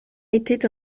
était